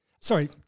Sorry